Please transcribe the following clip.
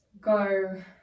go